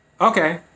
okay